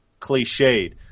cliched